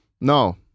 No